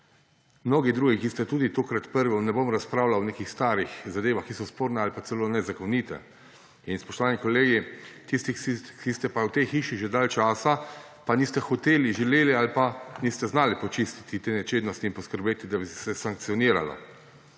mnogi drugi, ki ste tudi tokrat prvič, ne bom razpravljal o nekih starih zadevah, ki so sporne ali pa celo nezakonite. In spoštovani kolegi, tisti, ki ste pa v tej hiši že dalj časa, pa niste hoteli, želeli ali pa niste znali počistiti te nečednosti in poskrbeti, da bi se sankcioniralo,